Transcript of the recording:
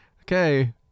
okay